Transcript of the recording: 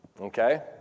okay